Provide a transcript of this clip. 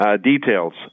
details